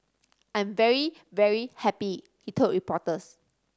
I'm very very happy he told reporters